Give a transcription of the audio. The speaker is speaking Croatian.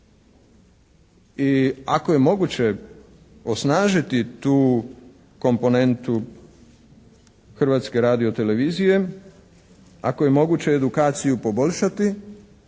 I ako je moguće osnažiti tu komponentu Hrvatske radiotelevizije, ako je moguće edukaciju poboljšati,